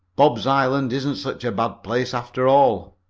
bob's island isn't such a bad place after all.